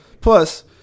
Plus